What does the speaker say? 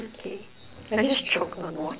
okay I just choked on water